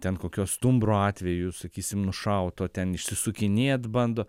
ten kokio stumbro atveju sakysim nušauto ten išsisukinėt bando